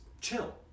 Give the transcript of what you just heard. chill